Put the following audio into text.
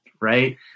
right